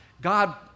God